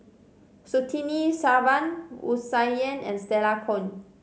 Surtini Sarwan Wu Tsai Yen and Stella Kon